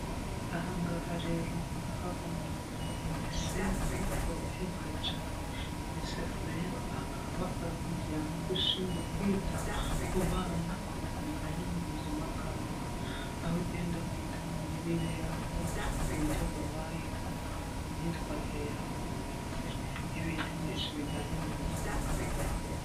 Aha ngaha rero murahabona UNICEF for every child, UNICEF rero akaba ari umuryango ushinzwe kwita ku bana ku bintu bijyanye n'ubuzima bw'abana, aho ugenda wita ku mirire yabo, ku buryo babayeho, imyitwarire yabo ndetse n'ibindi byinshi bijyanye n'ubuzima bw'abana.